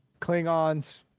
Klingons